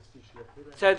בסדר.